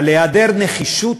על היעדר נחישות,